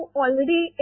already